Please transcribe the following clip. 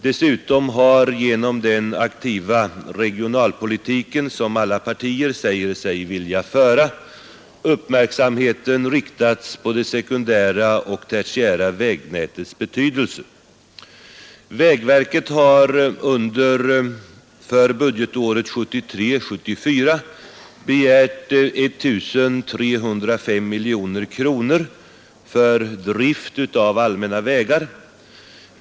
Dessutom har genom den aktiva regionalpolitiken, som alla partier säger sig vilja föra, uppmärksamheten riktats på det sekundära och tertiära vägnätets betydelse. Vägverket har för budgetåret 1973/74 begärt 1 305 miljoner kronor för drift av allmänna vägar.